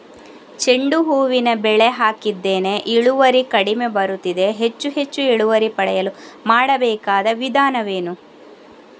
ಚೆಂಡು ಹೂವಿನ ಬೆಳೆ ಹಾಕಿದ್ದೇನೆ, ಇಳುವರಿ ಕಡಿಮೆ ಬರುತ್ತಿದೆ, ಹೆಚ್ಚು ಹೆಚ್ಚು ಇಳುವರಿ ಪಡೆಯಲು ಮಾಡಬೇಕಾದ ವಿಧಾನವೇನು?